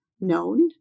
known